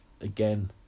again